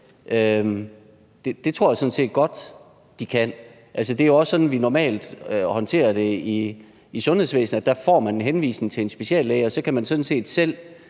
jeg sådan set godt de kan. Altså, det er jo også sådan, vi normalt håndterer det i sundhedsvæsenet; dér får man en henvisning til en speciallæge, og så kan man sådan